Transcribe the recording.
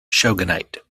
shogunate